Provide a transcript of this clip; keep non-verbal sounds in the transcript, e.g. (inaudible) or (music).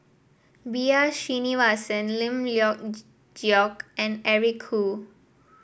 B R Sreenivasan Lim Leong (unintelligible) Geok and Eric Khoo